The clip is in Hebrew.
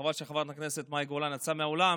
חבל שחברת הכנסת מאי גולן יצאה מהאולם.